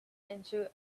into